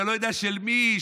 שאני לא יודע של מי היא,